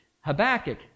Habakkuk